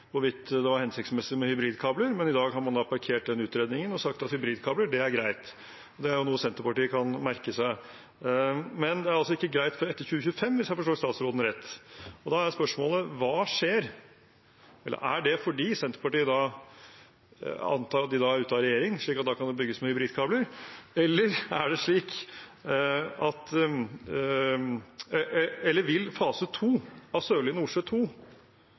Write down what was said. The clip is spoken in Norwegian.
hvorvidt det var hensiktsmessig med hybridkabler, men i dag har man parkert den utredningen og sagt at hybridkabler er greit. Det er jo noe Senterpartiet kan merke seg. Men det er altså ikke greit før etter 2025, hvis jeg forstår statsråden rett. Da er spørsmålet: Er det fordi Senterpartiet antar at de da er ute av regjering, slik at da kan det bygges hybridkabler, eller vil fase to av Sørlige Nordsjø II kunne bygges ut med hybridkabler før 2025? Den muligheten er til stede. Det